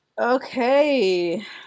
Okay